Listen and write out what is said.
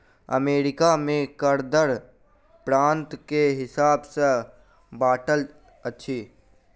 America में कर दर प्रान्त के हिसाब सॅ बाँटल अछि